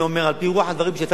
לפי רוח הדברים שאתה מציע,